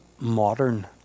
modern